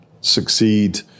succeed